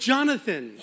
Jonathan